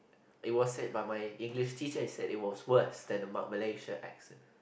it was said by my English teacher he said it worse than a ma~ Malaysia accent